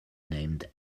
named